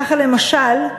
ככה, למשל,